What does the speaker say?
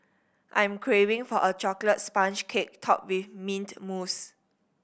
I'm craving for a chocolate sponge cake topped with mint mousse